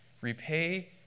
Repay